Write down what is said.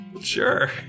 Sure